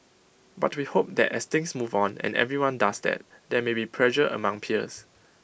but we hope that as things move on and everyone does that there may be pressure among peers